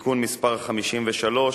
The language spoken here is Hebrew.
(תיקון מס' 53),